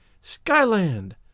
Skyland